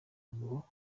ngo